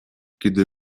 kiedy